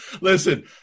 Listen